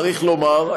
צריך לומר,